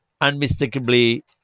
unmistakably